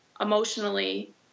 emotionally